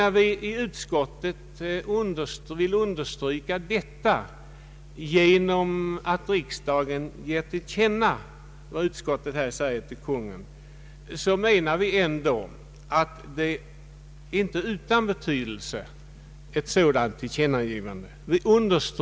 När vi hemställer att riksdagen ger Kungl. Maj:t till känna vad utskottet här anfört, så menar vi att ett sådant tillkännagivande inte är utan betydelse.